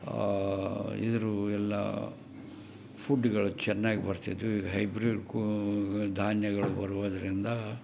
ಆ ಇದರ ಎಲ್ಲಾ ಫುಡ್ಗಳು ಚೆನ್ನಾಗ್ ಬರ್ತಿದ್ವು ಈಗ ಹೈಬ್ರಿಡ್ ಕೂ ಧಾನ್ಯಗಳು ಬರುವುದರಿಂದ